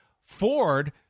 Ford